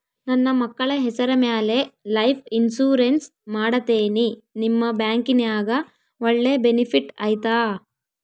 ನನ್ನ ಮಕ್ಕಳ ಹೆಸರ ಮ್ಯಾಲೆ ಲೈಫ್ ಇನ್ಸೂರೆನ್ಸ್ ಮಾಡತೇನಿ ನಿಮ್ಮ ಬ್ಯಾಂಕಿನ್ಯಾಗ ಒಳ್ಳೆ ಬೆನಿಫಿಟ್ ಐತಾ?